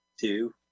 Two